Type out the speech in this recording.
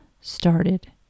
started